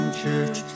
church